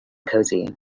cosy